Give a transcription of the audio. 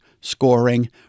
scoring